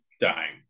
dying